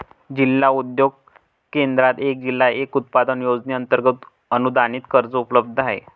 जिल्हा उद्योग केंद्रात एक जिल्हा एक उत्पादन योजनेअंतर्गत अनुदानित कर्ज उपलब्ध आहे